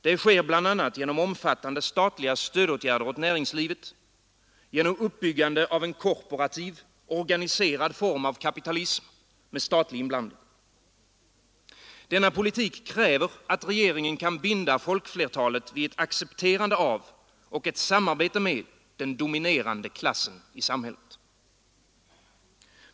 Det sker bl, a. genom omfattande statliga stödåtgärder åt näringslivet, genom uppbyggande av en korporativ, organiserad form av kapitalism med statlig inblandning. Denna politik kräver att regeringen kan binda folkflertalet vid ett accepterande av och ett samarbete med den dominerande klassen i samhället.